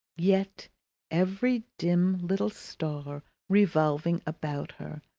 yet every dim little star revolving about her,